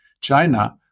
China